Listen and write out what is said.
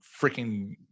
freaking